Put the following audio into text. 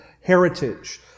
heritage